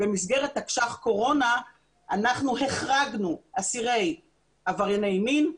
במסגרת תקש"ח קורונה אנחנו החרגנו אסירים עברייני מין,